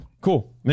cool